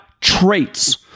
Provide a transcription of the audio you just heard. traits